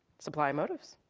supply motives.